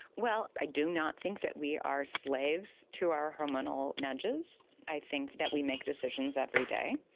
well, i do not think that we are slaves to our hormonal nudges. i think that we make decisions every day,